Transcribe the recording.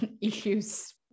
issues